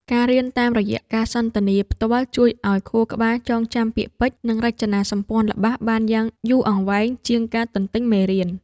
ការរៀនតាមរយៈការសន្ទនាផ្ទាល់ជួយឱ្យខួរក្បាលចងចាំពាក្យពេចន៍ និងរចនាសម្ព័ន្ធល្បះបានយូរអង្វែងជាងការទន្ទេញមេរៀន។